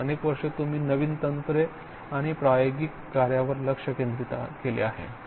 आणि अनेक वर्षे तुम्ही नवीन तंत्रे आणि प्रायोगिक कार्यावर लक्ष केंद्रित केले आहे